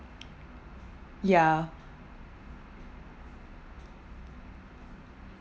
ya